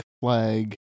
Flag